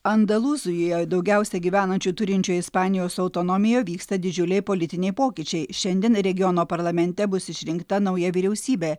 andalūzijoj daugiausia gyvenančių turinčioje ispanijos autonomijoj vyksta didžiuliai politiniai pokyčiai šiandien regiono parlamente bus išrinkta nauja vyriausybė